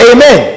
Amen